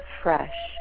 fresh